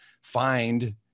find